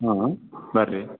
ಹಾಂ ಬರ್ರಿ